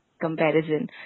comparison